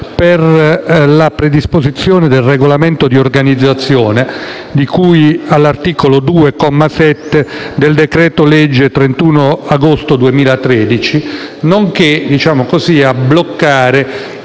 per la predisposizione del regolamento di organizzazione di cui all'articolo 2, comma 7, del decreto-legge 31 agosto 2013, nonché a bloccare